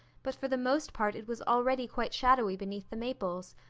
but for the most part it was already quite shadowy beneath the maples,